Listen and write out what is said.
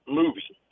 movie